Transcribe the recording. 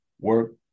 Work